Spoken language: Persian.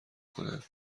کنند